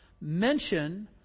mention